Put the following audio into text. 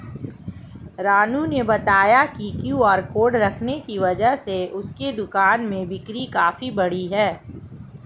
रानू ने बताया कि क्यू.आर कोड रखने की वजह से उसके दुकान में बिक्री काफ़ी बढ़ी है